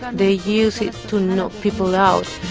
they use it to knock people out.